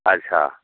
अच्छा